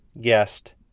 guest